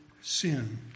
sin